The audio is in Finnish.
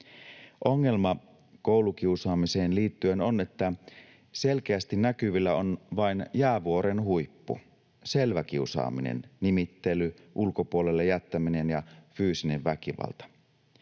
Ongelma koulukiusaamiseen liittyen on, että selkeästi näkyvillä on vain jäävuoren huippu, selvä kiusaaminen: nimittely, ulkopuolelle jättäminen ja fyysinen väkivalta.